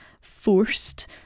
forced